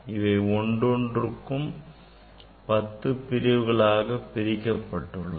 இவை ஒவ்வொன்றும் பத்து பிரிவுகளாக பிரிக்கப்பட்டுள்ளது